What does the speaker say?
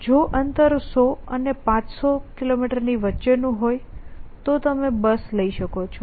જો અંતર 100 અને 500 ની વચ્ચેનું હોય તો તમે બસ લઇ શકો છો